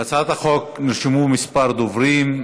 להצעת החוק נרשמו כמה דוברים.